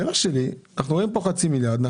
אנחנו רואים כאן חצי מיליארד שקלים,